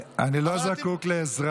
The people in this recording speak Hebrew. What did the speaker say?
אני לא זקוק לעזרה.